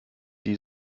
die